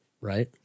Right